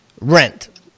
rent